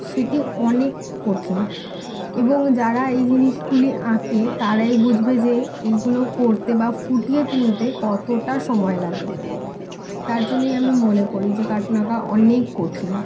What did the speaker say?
সেটি অনেক কঠিন এবং যারা এই জিনিসগুলি আঁকে তারাই বুঝবে যে এইগুলো করতে বা ফুটিয়ে তুলতে কতটা সময় লাগে তার জন্যই আমি মনে করি যে কার্টুন আঁকা অনেক কঠিন